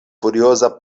furioza